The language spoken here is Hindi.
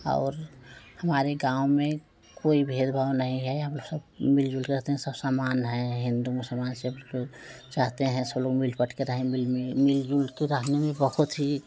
और हमारे गाँव में कोई भेदभाव नहीं है हम सब मिलजुल के रहते हैं सब समान है हिन्दू मुसलमान सब लोग चाहते हैं सब लोग मिल बटकर रहें मिल में मिलजुल के रहने में बहुत ही